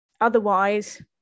otherwise